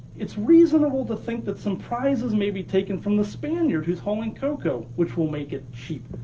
it's reasonable to think that some prizes may be taken from the spaniard who's holding cocoa, which will make it cheap.